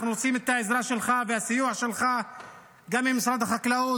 אנחנו רוצים את העזרה שלך והסיוע שלך גם עם משרד החקלאות,